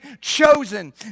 Chosen